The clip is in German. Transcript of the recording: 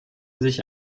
sich